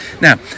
Now